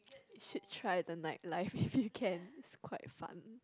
should try the nightlife if you can it's quite fun